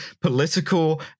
political